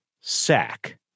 sack